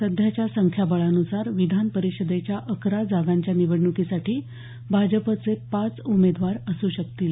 सध्याच्या संख्याबळानुसार विधान परिषदेच्या अकरा जागांच्या निवडणुकीसाठी भाजपचे पाच तर शिवसेनेचे तीन उमेदवार असू शकतील